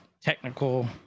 technical